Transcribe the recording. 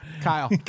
kyle